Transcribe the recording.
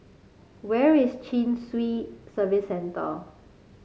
where is Chin Swee Service Centre